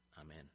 Amen